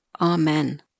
Amen